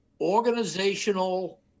organizational